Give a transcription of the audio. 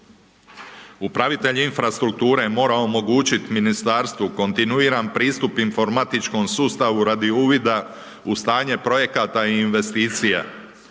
Upravitelj infrastrukture, mora omogućiti ministarstvu, kontinuirani pristup informatičkom sustavu radi uvida u stanje projekata i investicija,